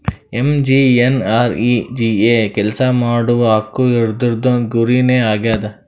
MGNREGA ಕೆಲ್ಸಾ ಮಾಡುವ ಹಕ್ಕು ಇದೂರ್ದು ಗುರಿ ನೇ ಆಗ್ಯದ